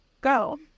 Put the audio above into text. go